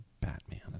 Batman